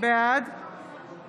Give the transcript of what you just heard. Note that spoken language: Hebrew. בעד